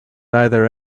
either